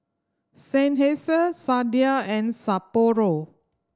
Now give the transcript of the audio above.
Seinheiser Sadia and Sapporo